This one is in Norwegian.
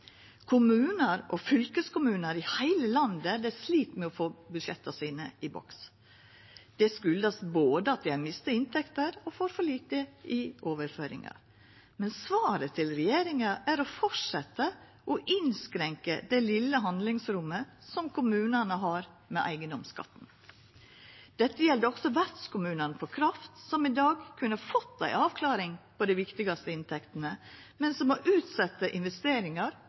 Kommunar og fylkeskommunar i heile landet slit med å få budsjetta sine i boks. Det kjem av at dei både har mista inntekter og får for lite i overføringar, men svaret til regjeringa er å fortsetja å innskrenka det vesle handlingsrommet som kommunane har med eigedomsskatten. Dette gjeld også vertskommunane for kraft, som i dag kunne fått ei avklaring på dei viktigaste inntektene, men som må utsetja investeringar